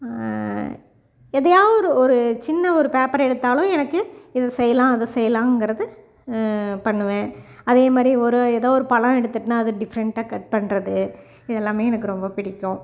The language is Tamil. எதையாது ஒரு ஒரு சின்ன ஒரு பேப்பர் எடுத்தாலும் எனக்கு இது செய்யலாம் அதை செய்யலாங்கிறது பண்ணுவேன் அதே மாதிரி ஒரு ஏதோ ஒரு பழம் எடுத்துகிட்டனா அது டிஃப்ரெண்டாக கட் பண்ணுறது இது எல்லாமே எனக்கு ரொம்ப பிடிக்கும்